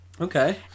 okay